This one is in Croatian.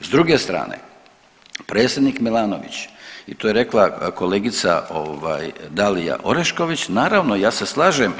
S druge strane predsjednik Milanović i to je rekla kolegica Dalija Orešković, naravno ja se slažem